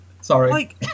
Sorry